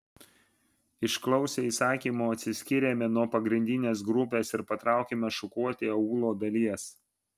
išklausę įsakymo atsiskyrėme nuo pagrindinės grupės ir patraukėme šukuoti aūlo dalies